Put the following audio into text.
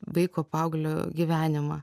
vaiko paauglio gyvenimą